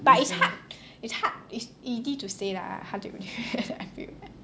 but it's hard it's hard it's easy to say lah hard to rem~ I feel